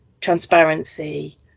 transparency